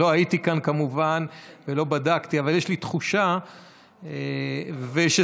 לא הייתי כאן כמובן ולא בדקתי, אבל יש לי תחושה.